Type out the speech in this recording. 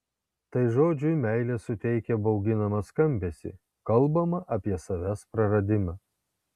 tai žodžiui meilė suteikia bauginamą skambesį kalbama apie savęs praradimą